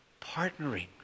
Partnering